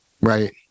Right